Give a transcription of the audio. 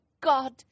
God